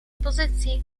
pozycji